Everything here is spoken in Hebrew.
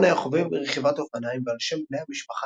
רון היה חובב רכיבת אופניים ועל שם בני המשפחה